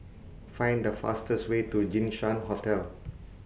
Find The fastest Way to Jinshan Hotel